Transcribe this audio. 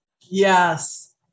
Yes